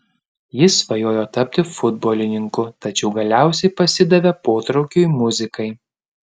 jis svajojo tapti futbolininku tačiau galiausiai pasidavė potraukiui muzikai